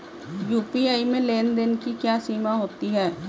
UPI में लेन देन की क्या सीमा होती है?